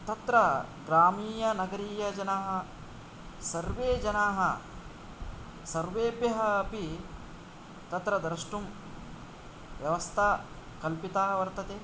तत्र ग्रामीय नगरीय जनाः सर्वे जनाः सर्वेभ्यः अपि तत्र द्रष्टुं व्यवस्था कल्पिता वर्तते